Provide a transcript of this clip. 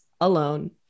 alone